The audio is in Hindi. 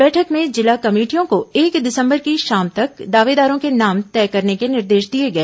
बैठक में जिला कमेटियों को एक दिसंबर की शाम तक दावेदारों के नाम तय करने के निर्देश दिए गए